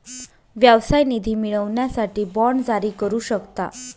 व्यवसाय निधी मिळवण्यासाठी बाँड जारी करू शकता